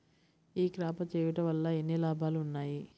ఈ క్రాప చేయుట వల్ల ఎన్ని లాభాలు ఉన్నాయి?